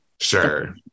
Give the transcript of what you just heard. sure